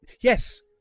Yes